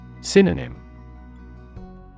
Synonym